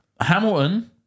Hamilton